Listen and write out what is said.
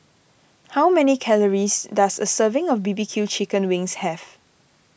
how many calories does a serving of B B Q Chicken Wings have